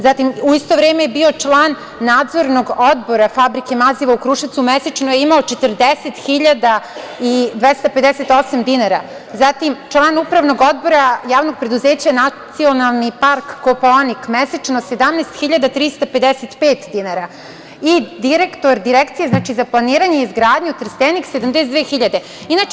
Zatim, u isto vreme je bio član Nadzornog odbora Fabrike maziva u Kruševcu, mesečno je imao 40.258 dinara, zatim član Upravnog odbora Javnog preduzeća „Nacionalni park Kopaonik“, mesečno 17.355 dinara i direktor Direkcije za planiranje i izgradnju Trstenik 72.000 dinara.